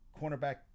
cornerback